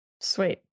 Sweet